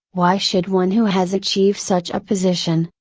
why should one who has achieved such a position,